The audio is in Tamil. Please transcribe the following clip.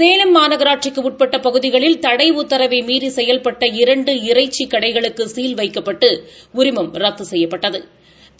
சேலம் மாநகராட்சிக்கு உட்பட்ட பகுதிகளில் தடை உத்தரவை மீறி செயல்பட்ட இரண்டு இறைச்சிக் கடைகளுக்கு சீல் வைத்து உரிமத்தை ரத்து செய்தனா்